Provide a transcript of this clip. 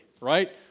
right